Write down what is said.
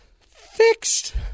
Fixed